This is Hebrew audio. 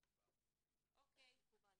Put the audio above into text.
אבל יש עוד שפות של בני נוער שנמצאים בסיכון מוגבר.